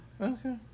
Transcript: okay